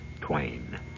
Twain